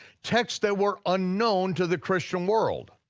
texts that were unknown to the christian world.